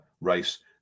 race